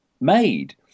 made